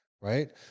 Right